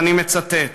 ואני מצטט: